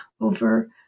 over